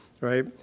right